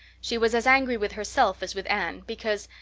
she was as angry with herself as with anne, because,